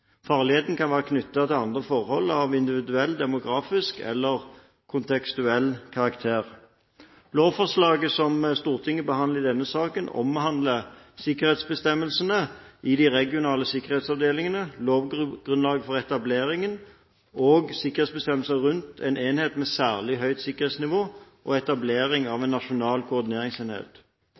Farligheten kan være knyttet til andre forhold av individuell, demografisk eller kontekstuell karakter. Lovforslaget som Stortinget behandler i denne saken, omhandler sikkerhetsbestemmelsene i de regionale sikkerhetsavdelingene, lovgrunnlag for etablering og sikkerhetsbestemmelser rundt en enhet med særlig høyt sikkerhetsnivå og etablering av en nasjonal koordineringsenhet.